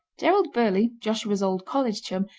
gerald burleigh, joshua's old college chum,